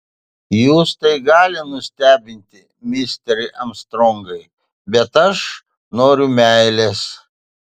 jus tai gali nustebinti misteri armstrongai bet aš noriu meilės